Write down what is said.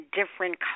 different